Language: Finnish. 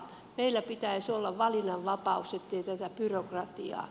meillä pitäisi olla valinnanvapaus ei tätä byrokratiaa